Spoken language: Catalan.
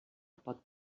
pot